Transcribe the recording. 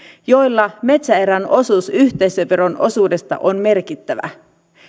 joilla metsäerän osuus yhteisövero osuudesta on merkittävä